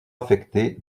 affecté